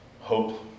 hope